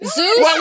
Zeus